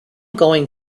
going